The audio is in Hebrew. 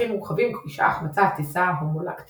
ערכים מורחבים – כבישה, החמצה, תסיסה הומולקטית